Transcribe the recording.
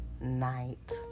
night